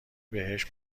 بهش